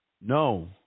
No